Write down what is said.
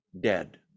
dead